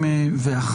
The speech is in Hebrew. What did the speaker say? התשפ"א-2021.